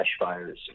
Flashfires